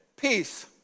peace